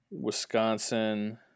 Wisconsin